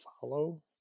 follow